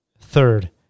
Third